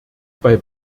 bei